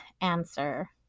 answer